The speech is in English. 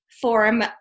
form